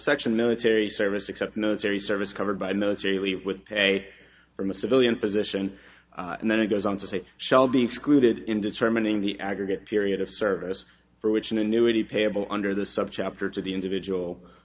section military service except military service covered by military leave with pay from a civilian position and then it goes on to say shall be excluded in determining the aggregate period of service for which an annuity payable under the subchapter to the individual